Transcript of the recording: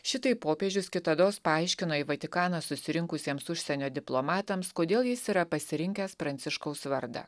šitaip popiežius kitados paaiškino į vatikaną susirinkusiems užsienio diplomatams kodėl jis yra pasirinkęs pranciškaus vardą